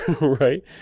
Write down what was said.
Right